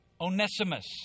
Onesimus